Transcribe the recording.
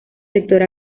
sector